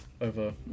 over